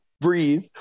breathe